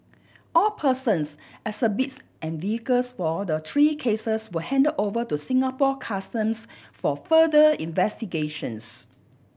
all persons exhibits and vehicles for the three cases were handed over to Singapore Customs for further investigations